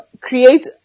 create